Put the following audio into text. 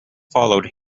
followed